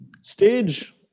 Stage